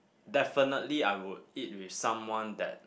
definitely I would eat with someone that